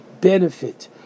benefit